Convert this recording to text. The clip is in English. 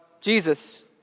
Jesus